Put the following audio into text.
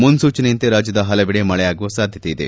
ಮುನ್ಲೂಚನೆಯಂತೆ ರಾಜ್ಜದ ಹಲವೆಡೆ ಮಳೆಯಾಗುವ ಸಾಧ್ಯತೆ ಇದೆ